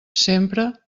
sempre